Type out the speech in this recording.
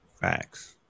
Facts